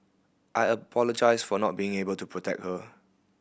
I apologised for not being able to protect her